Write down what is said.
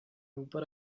but